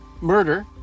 murder